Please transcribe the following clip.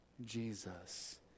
Jesus